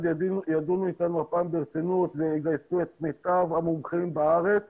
ידונו איתנו הפעם ברצינות ויגייסו את מיטב המומחים בארץ